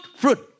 fruit